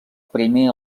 primer